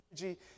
energy